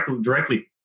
directly